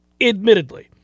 admittedly